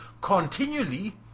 continually